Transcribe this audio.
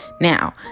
Now